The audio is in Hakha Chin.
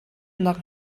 nak